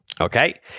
Okay